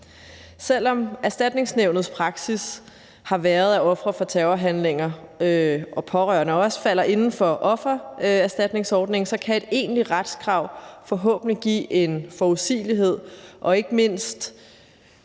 Selv om Erstatningsnævnets praksis har været, at ofre for terrorhandlinger og også pårørende falder inden for offererstatningsordningen, kan et egentligt retskrav forhåbentlig give en forudsigelighed og ikke mindst